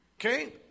okay